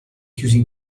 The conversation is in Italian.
chiusi